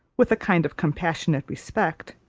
with a kind of compassionate respect,